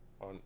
on